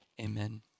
amen